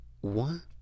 One